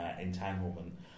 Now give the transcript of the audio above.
entanglement